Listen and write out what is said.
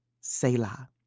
Selah